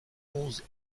onze